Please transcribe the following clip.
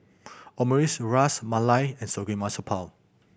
Omurice Ras Malai and Samgeyopsal